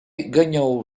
ganhou